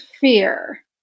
fear